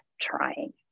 trying